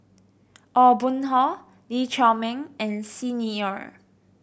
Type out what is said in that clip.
Aw Boon Haw Lee Chiaw Meng and Xi Ni Er